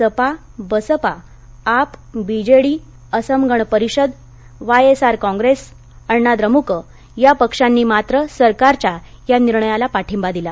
सपा बसपा AAP B J D असमगण परिषद Y S R Congress Anna द्रमुक या पक्षांनी मात्र सरकारच्या या निर्णयाला पाठींबा दिला